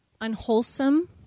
unwholesome